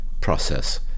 process